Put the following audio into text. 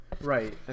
Right